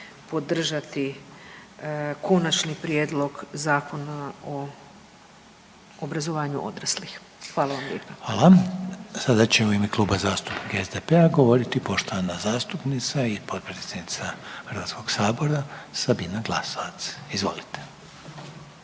podržati Konačni prijedlog Zakona o obrazovanju odraslih. Hvala vam lijepa. **Reiner, Željko (HDZ)** Hvala. Sada će u ime Kluba zastupnika SDP-a govoriti poštovana zastupnica i potpredsjednica Hrvatskog sabora, Sabina Glasovac. Izvolite.